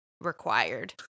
required